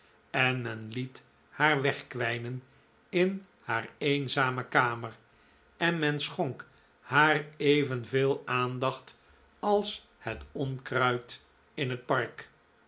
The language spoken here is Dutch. en men liet haar wegkwijnen in haar eenzame kamer en men schonk haar evenveel aandacht als het onkruid in het park